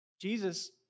Jesus